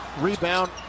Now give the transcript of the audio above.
rebound